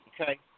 okay